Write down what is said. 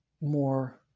more